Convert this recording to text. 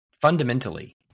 Fundamentally